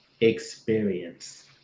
experience